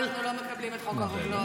--- אנחנו לא מקבלים את חוק הרוגלות.